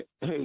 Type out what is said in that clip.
hey